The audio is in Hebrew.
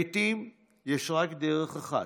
לעיתים יש רק דרך אחת: